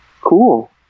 Cool